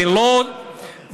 זו לא הסיבה שהוא התפטר.